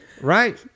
right